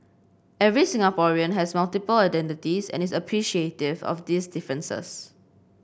every Singaporean has multiple identities and is appreciative of these differences